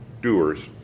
doers